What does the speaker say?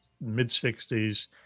mid-60s